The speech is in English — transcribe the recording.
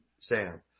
Sam